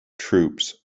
troops